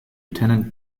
lieutenant